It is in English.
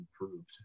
improved